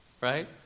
right